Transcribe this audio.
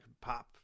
pop